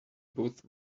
both